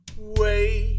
Wait